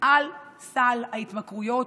לסל ההתמכרויות,